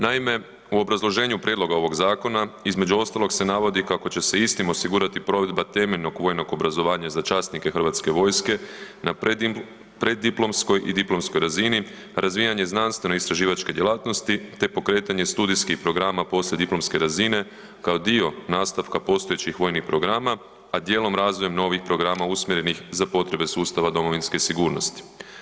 Naime, u obrazloženju prijedloga ovog zakona između ostaloga se navodi kako će se istim osigurati provedba temeljnog vojnog obrazovanja za časnike Hrvatske vojske na preddiplomskoj i diplomskoj razini, razvijanje znanstveno-istraživačke djelatnosti te pokretanje studijskih programa poslijediplomske razine kao dio nastavka postojećih vojnih programa, a dijelom razvojem novih programa usmjerenih za potrebe sustava domovinske sigurnosti.